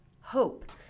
hope